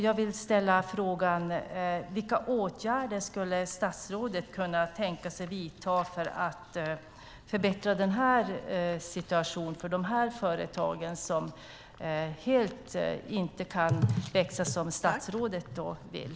Jag vill ställa frågan: Vilka åtgärder skulle statsrådet kunna tänka sig att vidta för att förbättra situationen för de här företagen, som inte kan växa som statsrådet vill?